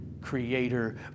creator